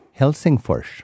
Helsingfors